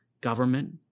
Government